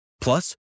Plus